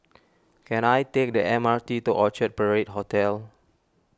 can I take the M R T to Orchard Parade Hotel